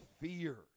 fear